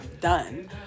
done